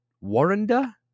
Warrender